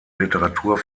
literatur